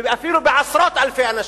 ואפילו בעשרות אלפי אנשים?